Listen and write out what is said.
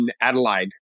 Adelaide